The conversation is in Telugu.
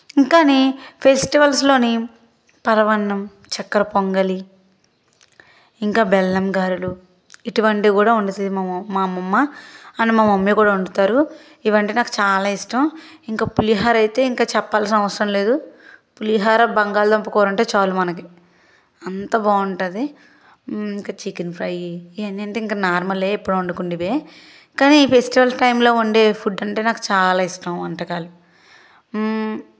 ఇంకానే ఫెస్టివల్స్ లోని పరమాన్నం చక్కెర పొంగలి ఇంకా బెల్లం గారెలు ఇటువంటివి కూడా వండుతాది మా అమ్మమ్మ అండ్ మా మమ్మీ కూడా వండుతారు ఇవంటే నాకు చాలా ఇష్టం ఇంకా పులిహోర అయితే ఇంకా చెప్పాల్సిన అవసరం లేదు పులిహోర బంగాళదుంప కూర ఉంటే చాలు మనకి అంత బాగుంటుంది ఇంకా చికెన్ ఫ్రై ఇంకా ఏంటంటే నార్మలే ఎప్పుడు వండుకునేటివే కానీ ఈ ఫెస్టివల్ టైంలో వండే ఫుడ్ అంటే నాకు చాలా ఇష్టం వంటకాలు